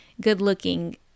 good-looking